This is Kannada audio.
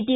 ಟಿ